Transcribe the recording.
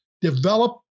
develop